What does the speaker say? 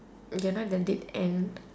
you are not in the dead end